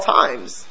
times